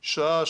שעה,